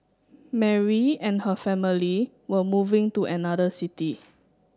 Mary and her family were moving to another city